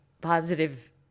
positive